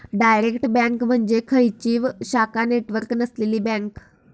direct bank म्हणजे खंयचीव शाखा नेटवर्क नसलेली बँक